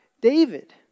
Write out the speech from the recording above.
David